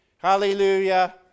Hallelujah